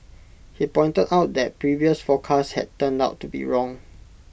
he pointed out that previous forecasts had turned out to be wrong